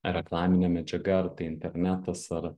reklaminė medžiaga ar tai internetas ar